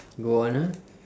go on ah